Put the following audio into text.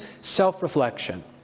self-reflection